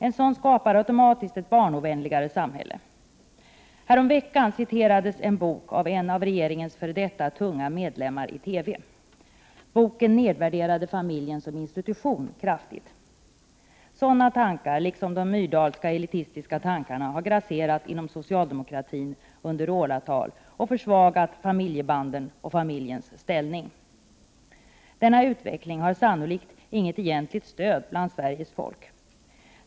En sådan skapar automatiskt ett barnovänligare samhälle. Härom veckan citerades i TV en bok av en av regeringens f.d. tunga medlemmar. Boken nedvärderade kraftigt familjen som institution. Sådana tankar liksom de Myrdalska elitistiska tankarna har grasserat inom socialdemokratin och under åratal försvagat familjebanden och familjens ställning. Denna utveckling har sannolikt inget egentligt stöd av Sveriges folk.